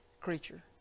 creature